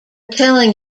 telling